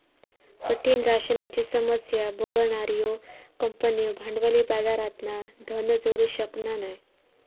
कठीण राशनाची समस्या भोगणार्यो कंपन्यो भांडवली बाजारातना धन जोडू शकना नाय